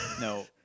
No